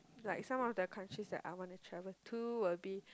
like some of the countries that I wanna travel to will be